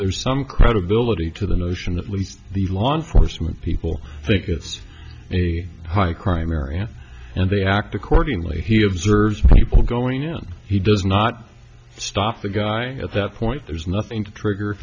there's some credibility to the notion that least the law enforcement people think it's a high crime area and they act accordingly he observes people going you know he does not stop the guy at that point there's nothing to trigger